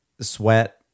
sweat